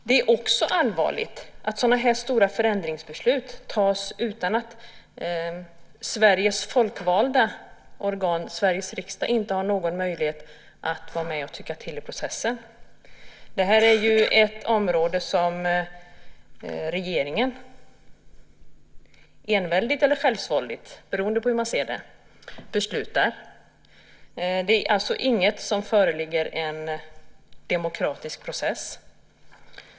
Det är också allvarligt att sådana här stora förändringsbeslut tas utan att Sveriges folkvalda organ, Sveriges riksdag, har någon möjlighet att vara med och tycka till i processen. Detta är ju ett område som regeringen enväldigt - eller självsvåldigt, beroende på hur man ser det - beslutar över. Här föreligger alltså ingen demokratisk process.